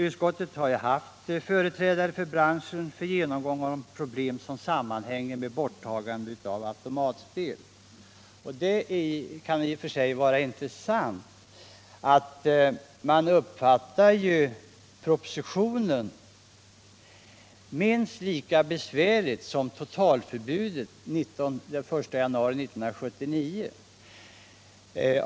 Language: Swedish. Utskottet har ju också kallat in företrädare för den branschen för genomgång av de problem som sammanhänger med borttagandet av automatspel. Det kan i och för sig vara intressant att veta att man uppfattar propositionens förslag som minst lika besvärligt som ett totalförbud fr.o.m. den 1 januari 1979.